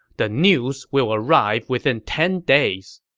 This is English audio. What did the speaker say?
the news will arrive within ten days.